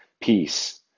peace